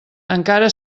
encara